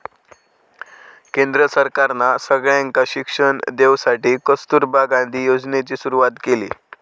केंद्र सरकारना सगळ्यांका शिक्षण देवसाठी कस्तूरबा गांधी योजनेची सुरवात केली